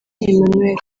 emmanuel